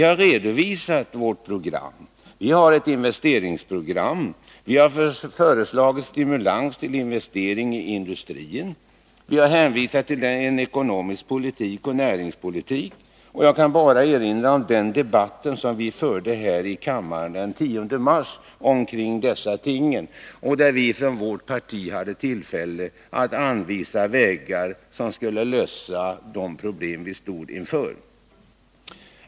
Vi har redovisat vårt program: Vi har ett investeringsprogram, vi har föreslagit stimulans till investeringar i industrin och vi har hänvisat till våra förslag när det gäller ekonomisk politik och näringspolitik. Jag kan även erinra om den debatt vi förde här i kammaren den 10 mars kring dessa ting, där vi från vårt parti hade tillfälle att anvisa vägar att lösa de problem vi står inför.